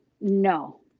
No